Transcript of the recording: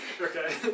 Okay